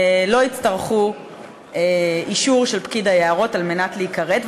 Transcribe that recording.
ולא יצטרכו אישור של פקיד היערות על מנת לכרות אותם.